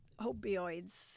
opioids